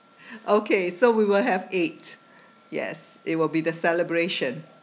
okay so we will have eight yes it will be the celebration